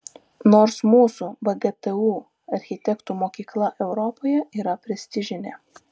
nors mūsų vgtu architektų mokykla europoje yra prestižinė